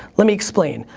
let me explain.